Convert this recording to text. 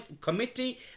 committee